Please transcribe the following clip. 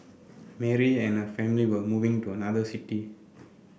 Mary and her family were moving to another city